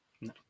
No